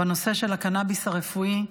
בנושא של הקנביס הרפואי.